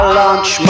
launch